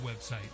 website